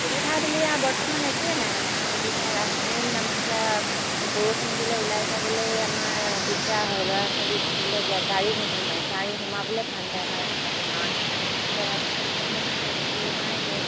সুবিধা বুলি আৰু বৰ্তমান একোৱে নাই আমাৰ সুবিধা মেইন আমাৰ এতিয়া বৰষুণ দিলে ওলাই যাবলৈ আমাৰ দিগদাৰ হয় ল'ৰা ছোৱালী স্কুললৈ গা গাড়ী নোসোমাই গাড়ী সোমাবলৈ টান পায় আমাৰ ৰাস্তাটোৰ কাৰণে এতিয়া ৰাস্তাটোৰ কাৰণে কাগজ দিলোঁ নাই সেই